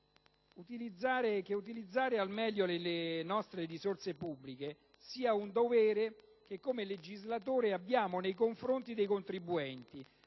che utilizzare al meglio le nostre risorse pubbliche sia un dovere che come legislatori abbiamo nei confronti dei contribuenti;